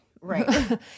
right